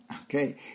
okay